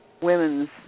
women's